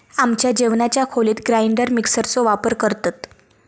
आमच्या जेवणाच्या खोलीत ग्राइंडर मिक्सर चो वापर करतत